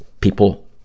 people